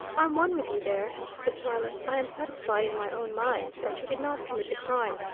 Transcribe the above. i'm one with you there, said tarling. i am satisfied in my own mind that she did not commit the crime,